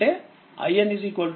25ఆంపియర్ అని పొందుతారు మరియుRN3